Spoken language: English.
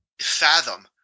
fathom